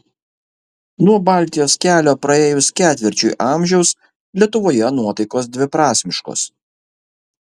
nuo baltijos kelio praėjus ketvirčiui amžiaus lietuvoje nuotaikos dviprasmiškos